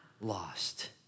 lost